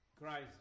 Christ